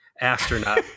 astronaut